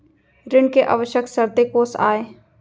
ऋण के आवश्यक शर्तें कोस आय?